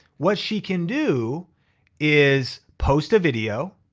what she can do is post a video,